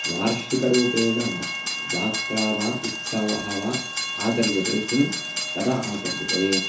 वार्षिकरूपेण जात्रा वा उत्सवः वा आचर्यते किं कदा आचर्यते